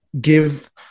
give